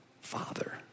Father